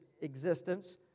existence